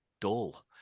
dull